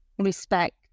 Respect